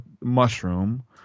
mushroom